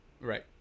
Right